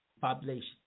population